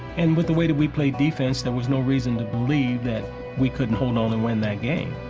and with the way that we played defense, there was no reason to believe that we couldn't hold on and win that game.